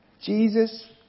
Jesus